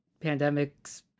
pandemics